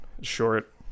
short